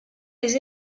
les